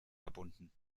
verbunden